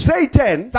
Satan